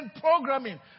programming